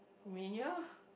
Romania